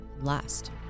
Last